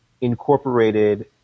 incorporated